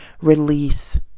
release